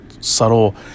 subtle